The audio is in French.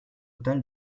total